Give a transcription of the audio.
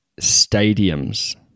stadiums